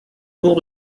tour